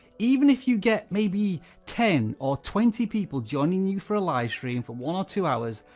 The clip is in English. even if you get maybe ten or twenty people joining you for a live stream for one or two hours,